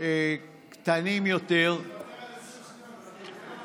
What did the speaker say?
קטנים יותר, ותר על 20 שניות.